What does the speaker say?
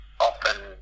often